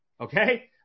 Okay